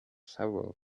several